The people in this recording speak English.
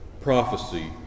prophecy